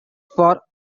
for